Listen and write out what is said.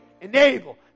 enable